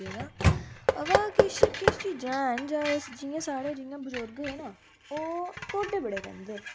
जि'यां हून रसोई दे बिच्च कम्म करने बास्तै जि'यां पतीला होई गैआ कड़शी होई ढक्कन होई